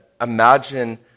imagine